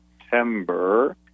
September